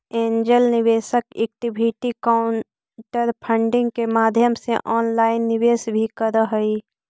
angel निवेशक equity crowdfunding के माध्यम से ऑनलाइन निवेश भी करऽ हइ